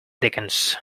dickens